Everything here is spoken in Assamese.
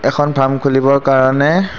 এখন ফাৰ্ম খুলিবৰ কাৰণে